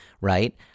right